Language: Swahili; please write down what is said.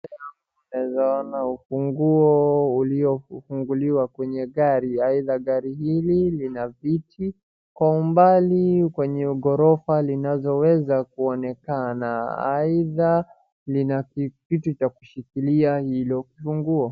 Mbele yangu naweza ona ufunguo ulio funguliwa kwenye gari, aidha gari hili lina viti kwa umbali kwenye ghorofa linazoweza kuonekana. Aidha lina kitu cha kushikilia hilo funguo.